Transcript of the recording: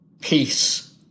peace